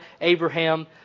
Abraham